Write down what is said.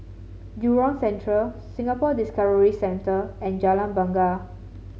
Jurong Central Singapore Discovery Centre and Jalan Bungar